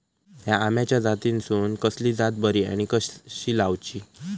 हया आम्याच्या जातीनिसून कसली जात बरी आनी कशी लाऊची?